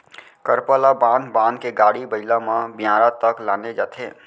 करपा ल बांध बांध के गाड़ी बइला म बियारा तक लाने जाथे